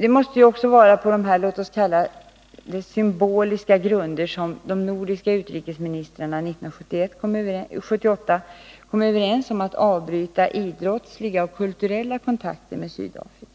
Det måste ju vara på dessa ”symboliska” grunder som de nordiska utrikesministrarna 1978 kom överens om att avbryta idrottsliga och kulturella kontakter med Sydafrika.